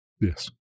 Yes